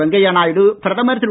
வெங்கைய நாயுடு பிரதமர் திரு